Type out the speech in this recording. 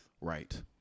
Right